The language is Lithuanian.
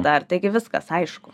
dar taigi viskas aišku